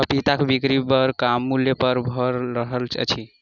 पपीताक बिक्री बड़ कम मूल्य पर भ रहल अछि